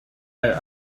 out